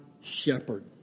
shepherd